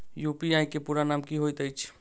UPI केँ पूरा नाम की होइत अछि?